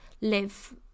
live